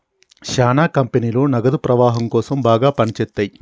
శ్యానా కంపెనీలు నగదు ప్రవాహం కోసం బాగా పని చేత్తయ్యి